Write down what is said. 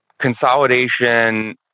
consolidation